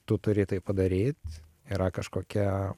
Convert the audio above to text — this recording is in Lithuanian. tu turi tai padaryt yra kažkokia